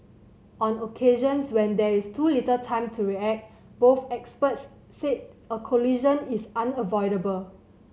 on occasions when there is too little time to react both experts said a collision is unavoidable